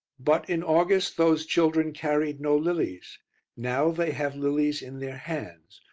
but in august those children carried no lilies now they have lilies in their hands.